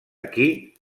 aquí